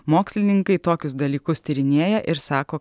mokslininkai tokius dalykus tyrinėja ir sako